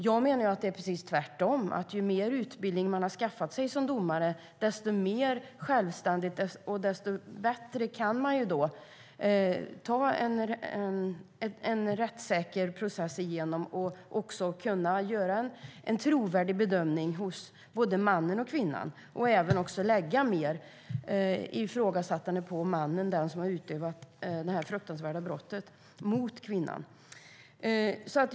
Jag menar att det är precis tvärtom, att ju mer utbildning en domare har skaffat sig, desto bättre och mer självständigt kan han eller hon hantera en rättsprocess och göra en trovärdighetsbedömning av både mannen och kvinnan. Man skulle också kunna ifrågasätta mannen mer, den som har begått det fruktansvärda brottet mot kvinnan.